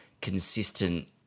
consistent